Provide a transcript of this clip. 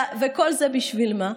וכל זה בשביל מה?